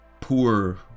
poor